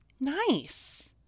Nice